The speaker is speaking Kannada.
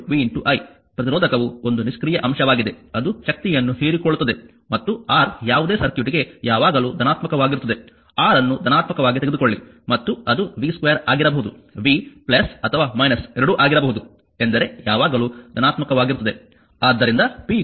ಆದ್ದರಿಂದ p vi ಪ್ರತಿರೋಧಕವು ಒಂದು ನಿಷ್ಕ್ರಿಯ ಅಂಶವಾಗಿದೆ ಅದು ಶಕ್ತಿಯನ್ನು ಹೀರಿಕೊಳ್ಳುತ್ತದೆ ಮತ್ತು R ಯಾವುದೇ ಸರ್ಕ್ಯೂಟ್ಗೆ ಯಾವಾಗಲೂ ಧನಾತ್ಮಕವಾಗಿರುತ್ತದೆ R ಅನ್ನು ಧನಾತ್ಮಕವಾಗಿ ತೆಗೆದುಕೊಳ್ಳಿ ಮತ್ತು ಅದು v2 ಆಗಿರಬಹುದು v ಅಥವಾ 2 ಆಗಿರಬಹುದು ಎಂದರೆ ಯಾವಾಗಲೂ ಧನಾತ್ಮಕವಾಗಿರುತ್ತದೆ